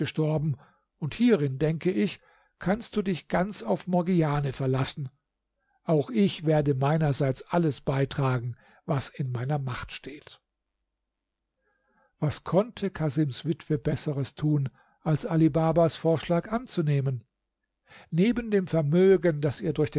gestorben und hierin denke ich kannst du dich ganz auf morgiane verlassen auch ich werde meinerseits alles beitragen was in meiner macht steht was konnte casims witwe besseres tun als ali babas vorschlag annehmen neben dem vermögen das ihr durch